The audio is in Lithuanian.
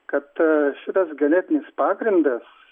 kad šitas genetinis pagrindas